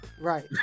Right